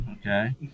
Okay